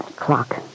clock